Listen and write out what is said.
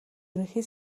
ерөнхий